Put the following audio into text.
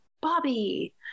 Bobby